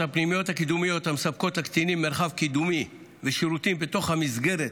הפנימיות הקידומיות המספקות לקטינים מרחב קידומי ושירותים בתוך המסגרת,